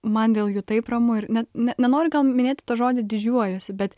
man dėl jų taip ramu ir net ne nenoriu gal minėti tą žodį didžiuojuosi bet